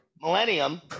millennium